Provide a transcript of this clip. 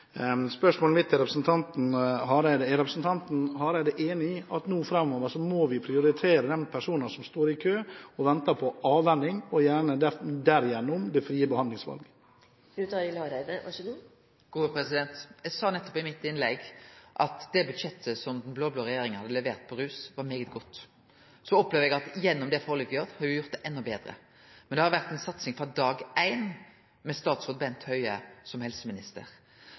Spørsmålet mitt til representanten Hareide blir: Er representanten Hareide enig i at framover nå må vi prioritere de personene som står i kø og venter på avvenning, og derigjennom det frie behandlingsvalg? Eg sa nettopp i mitt innlegg at det budsjettet som den blå-blå regjeringa har levert på rusfeltet, er svært godt. Så opplever eg at gjennom forliket har me gjort det endå betre. Men det har vore ei satsing frå dag éin med statsråd Bent Høie som helseminister.